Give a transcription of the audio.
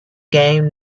game